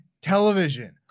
television